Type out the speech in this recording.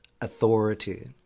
authority